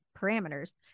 parameters